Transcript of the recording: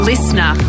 Listener